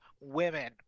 Women